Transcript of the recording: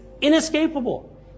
inescapable